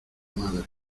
madre